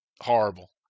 horrible